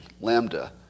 Lambda